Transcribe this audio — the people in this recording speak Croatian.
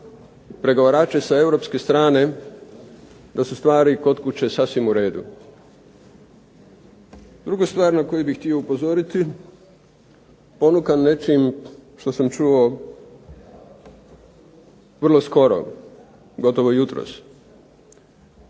pregovarače sa europske strane da su stvari kod kuće stvarno u redu. Druga stvar na koju bih htio upozoriti ponukan nečim što sam čuo vrlo skoro, gotovo jutros,